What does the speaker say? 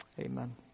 Amen